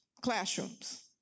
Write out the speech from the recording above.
classrooms